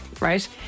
right